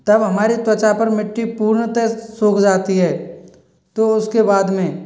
तब हमारी त्वचा पर मिट्टी पूर्णतः सूख जाती है तो उसके बाद में